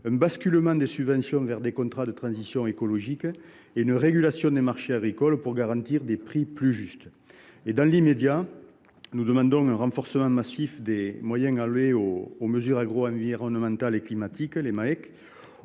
un basculement des subventions vers des contrats de transition écologique et une régulation des marchés agricoles pour garantir des prix plus justes. Dans l’immédiat, nous demandons un renforcement massif des moyens alloués aux mesures agroenvironnementales et climatiques (Maec),